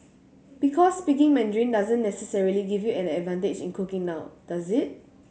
because speaking Mandarin doesn't necessarily give you an advantage in cooking now does it